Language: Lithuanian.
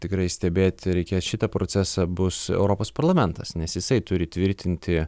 tikrai stebėti reikės šitą procesą bus europos parlamentas nes jisai turi tvirtinti